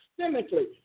systemically